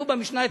כתוב במשנה,